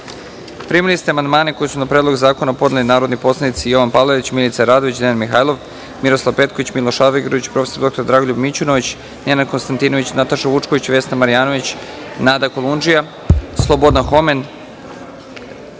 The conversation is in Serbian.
ste amandmane koje su na Predlog zakona podneli narodni poslanici Jovan Palalić, Milica Radović, Dejan Mihajlov, Miroslav Petković, Miloš Aligrudić, prof. dr Dragoljub Mićunović, Nenad Konstantinović, Nataša Vučković, Vesna Marjanović, Nada Kolundžija, Slobodan Homen,